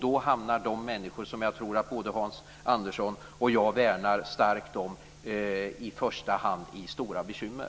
Då hamnar de människor som jag tror att både Hans Andersson och jag värnar starkt om i första hand i stora bekymmer.